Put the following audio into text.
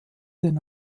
den